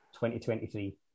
2023